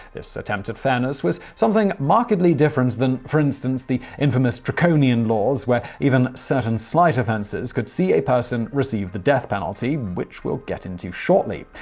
this attempt at fairness was something markedly different than, for instance, the infamous draconian laws where even certain slight offenses could see a person receive the death penalty, which we'll get to shortly.